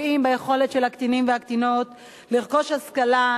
פוגעים ביכולת של הקטינים והקטינות לרכוש השכלה,